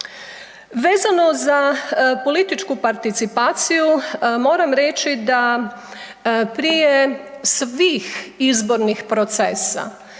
Vezano za političku participaciju moram reći da prije svih izbornih procesa